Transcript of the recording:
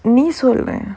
நீ சொல்வ:nee solva